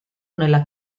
nella